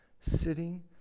sitting